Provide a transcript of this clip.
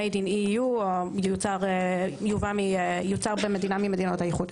MADE IN EU או יוצר במדינה ממדינות האיחוד.